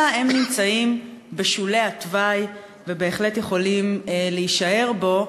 כי הם נמצאים בשולי התוואי ובהחלט יכולים להישאר בו,